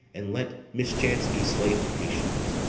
and let mischance be slave to patience.